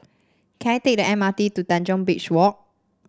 can I take the M R T to Tanjong Beach Walk